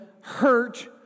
hurt